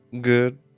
Good